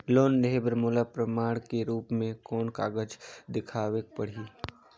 Loan लेहे बर मोला प्रमाण के रूप में कोन कागज दिखावेक पड़ही?